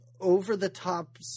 over-the-top